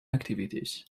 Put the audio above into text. activities